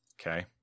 Okay